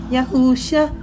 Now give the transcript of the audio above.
Yahusha